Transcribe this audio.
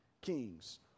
kings